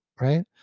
right